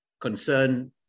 concern